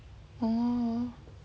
oh